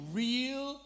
real